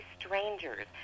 strangers